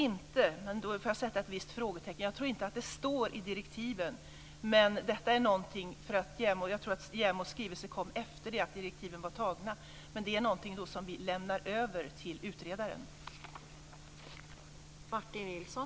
Jag får sätta ett litet frågetecken för att det står i direktiven eftersom jag tror att JämO:s skrivelse kom efter det att direktiven var fastställda, men det här är något som vi kommer att lämna över till utredaren.